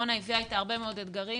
הקורונה הביאה אתה הרבה מאוד אתגרים